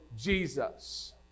jesus